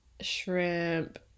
shrimp